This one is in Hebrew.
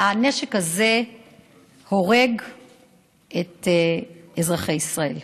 והנשק הזה הורג את אזרחי ישראל.